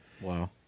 Wow